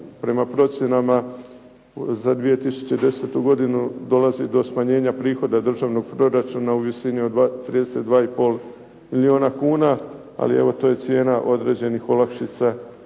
prema procjenama za 2010. godinu dolazi do smanjenja prihoda državnog proračuna u visini od 32 i pol milijuna kuna, ali evo to je cijena određenih olakšica